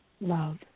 love